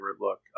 look